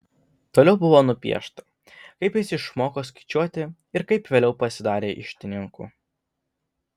toliau buvo nupiešta kaip jis išmoko skaičiuoti ir kaip vėliau pasidarė iždininku